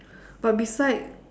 but beside